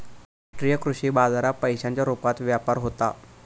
राष्ट्रीय कृषी बाजारात पैशांच्या रुपात व्यापार होता